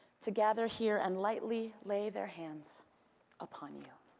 to gather here and lightly lay their hands upon you.